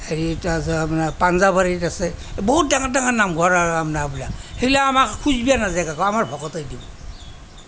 হেৰিত আছে আপোনাৰ পাঞ্জাবাৰীত আছে বহুত ডাঙৰ ডাঙৰ নামঘৰ আৰু আপোনাৰ সেইবিলাক সেইবিলাক আমাৰ খুজিব নাযায় কাকো আমাৰ ভকতে দিব